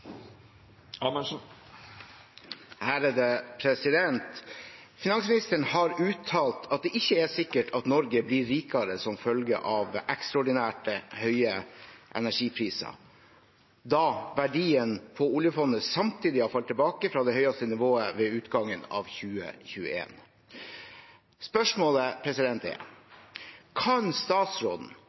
har uttalt at det ikke er sikkert at Norge blir rikere som følge av ekstraordinært høye energipriser da verdien på oljefondet samtidig har falt tilbake fra det høyeste nivået ved utgangen av 2021. Kan statsråden